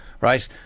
Right